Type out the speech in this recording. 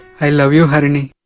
i love you harini.